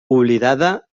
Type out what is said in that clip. oblidada